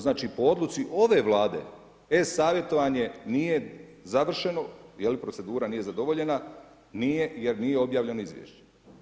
Znači po odluci ove vlade, e-savjetovanje nije završeno, jer procedura nije zadovoljena, nije jer nije obavljeno izvješće.